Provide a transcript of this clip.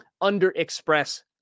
under-express